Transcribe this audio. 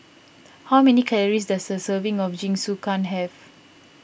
how many calories does a serving of Jingisukan have